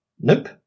Nope